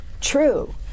true